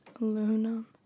aluminum